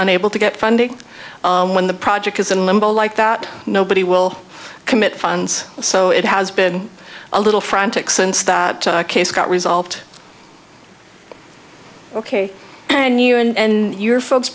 unable to get funding when the project is in limbo like that nobody will commit funds so it has been a little frantic since the case got resolved ok and you and your folks